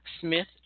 Smith